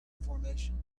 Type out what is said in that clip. formation